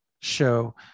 show